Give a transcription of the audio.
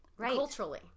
culturally